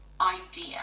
idea